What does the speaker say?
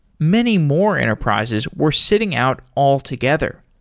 many more enterprises were sitting out altogether.